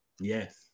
yes